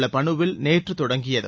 உள்ள பனுவில் நேற்று தொடங்கியது